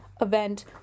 event